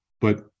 but-